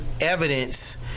evidence